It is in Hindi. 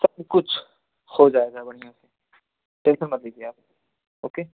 सब कुछ हो जाएगा बढ़िया से टेंसन मत लीजिए आप ओके